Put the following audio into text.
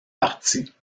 partie